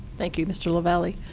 thank you, mr. lavalley.